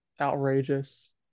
outrageous